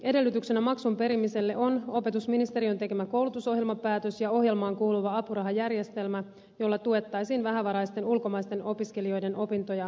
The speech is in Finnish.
edellytyksenä maksun perimiselle on opetusministeriön tekemä koulutusohjelmapäätös ja ohjelmaan kuuluva apurahajärjestelmä jolla tuettaisiin vähävaraisten ulkomaisten opiskelijoiden opintoja suomessa